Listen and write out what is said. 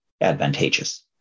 advantageous